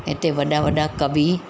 हिते वॾा वॾा कवि